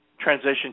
transition